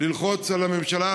ללחוץ על הממשלה,